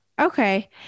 Okay